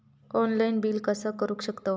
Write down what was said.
Online bill कसा करु शकतव?